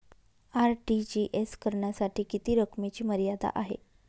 RTGS करण्यासाठी किती रकमेची मर्यादा आहे?